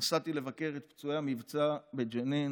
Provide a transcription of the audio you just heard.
נסעתי לבקר את פצועי המבצע בג'נין,